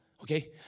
Okay